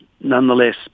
nonetheless